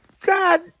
God